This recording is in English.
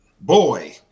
Boy